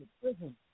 prison